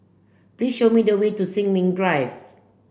please show me the way to Sin Ming Drive